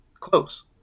close